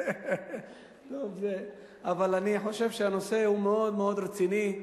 אבל אני חושב שהנושא הוא מאוד מאוד רציני.